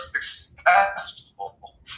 successful